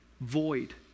void